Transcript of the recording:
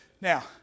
Now